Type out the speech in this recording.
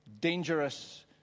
dangerous